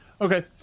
Okay